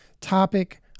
topic